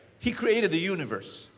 he created the universe,